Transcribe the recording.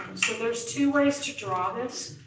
so there's two ways to draw this.